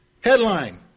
Headline